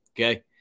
Okay